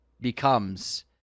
becomes